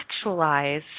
actualize